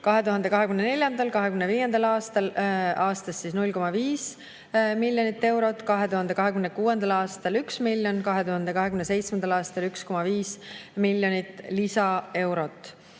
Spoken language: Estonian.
2024. ja 2025. aastal 0,5 miljonit eurot aastas, 2026. aastal 1 miljon, 2027. aastal 1,5 miljonit lisaeurot.